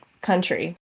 country